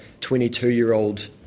22-year-old